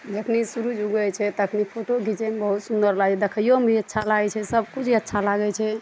जखनी सुर्य उगय छै तखनी फोटो घीचयमे बहुत सुन्दर लागय छै देखइएमे भी अच्छा लागय छै सबकिछु ही अच्छा लागय छै